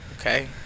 Okay